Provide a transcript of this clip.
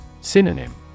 Synonym